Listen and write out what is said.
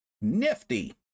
Nifty